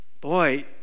boy